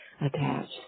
attached